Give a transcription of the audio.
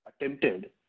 attempted